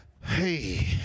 hey